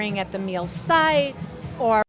ing at the meal site or